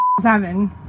seven